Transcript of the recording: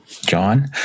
John